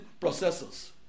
processors